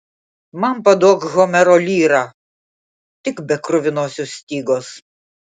man paduok homero lyrą tik be kruvinosios stygos